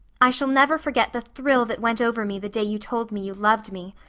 i shall never forget the thrill that went over me the day you told me you loved me.